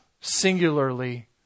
singularly